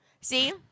See